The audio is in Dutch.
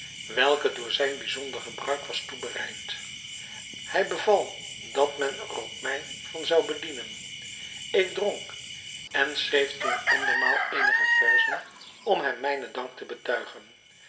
welke voor zijn bijzonder gebruik was toebereid hij beval dat men er ook mij van zou bedienen ik dronk en schreef toen andermaal eenige verzen om hem mijnen dank te betuigen